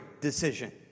decision